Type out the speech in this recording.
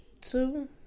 two